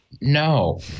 No